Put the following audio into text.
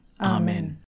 Amen